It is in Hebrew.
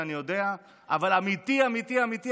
אבל אמיתי אמיתי אמיתי,